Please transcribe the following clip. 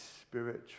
spiritual